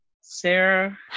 Sarah